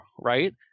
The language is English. right